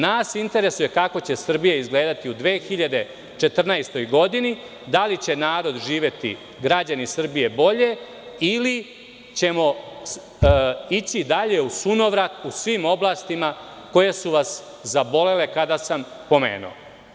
Nas interesuje kako će Srbija izgledati u 2014. godini, da li će narod živeti, građani Srbije bolje ili ćemo ići dalje u sunovrat u svim oblastima koje su vas zabolele kada sam pomenuo.